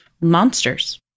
monsters